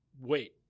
wait